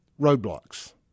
roadblocks